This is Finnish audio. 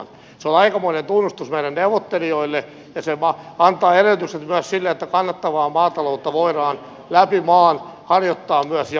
se on aikamoinen tunnustus meidän neuvottelijoille ja se antaa edellytykset myös sille että kannattavaa maataloutta voidaan läpi maan harjoittaa myös jatkossa